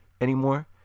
anymore